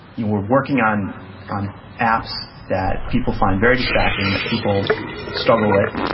you were working on on apps that people find very distracting, that people struggle with,